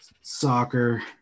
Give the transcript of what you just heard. Soccer